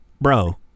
bro